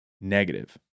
negative